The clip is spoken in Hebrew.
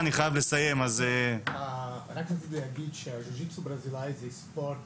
רק רציתי להגיד שהג'ו גיטסו הברזילאי זה ספורט